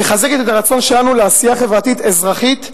מחזקת את הרצון שלנו לעשייה חברתית אזרחית,